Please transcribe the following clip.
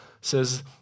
says